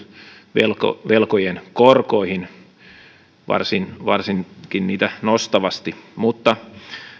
velkojen velkojen korkoihin varsinkin niitä nostavasti mutta